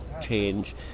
change